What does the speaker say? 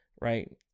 right